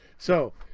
so.